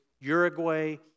Uruguay